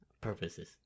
purposes